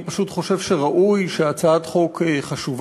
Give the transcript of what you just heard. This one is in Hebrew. כי אני פשוט חושב שראוי שהצעת חוק חשובה